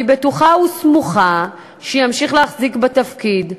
אני בטוחה וסמוכה שימשיך להחזיק בתפקיד.